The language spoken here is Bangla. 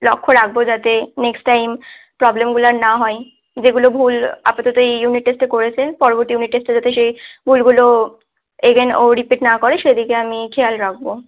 লক্ষ রাখব যাতে নেক্সট টাইম প্রবলেমগুলো আর না হয় যেগুলো ভুল আপাতত এই ইউনিট টেস্টে করেছে পরবর্তী ইউনিট টেস্টে যাতে সেই ভুলগুলো এগেন ও রিপিট না করে সেদিকে আমি খেয়াল রাখব